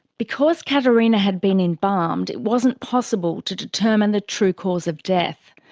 because caterina had been embalmed, it wasn't possible to determine the true cause of death.